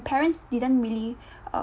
parents didn't really um